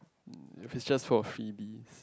it is just for freebies